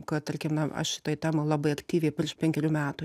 kad tarkim na aš šitoj temoj labai aktyviai virš penkerių metų